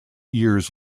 years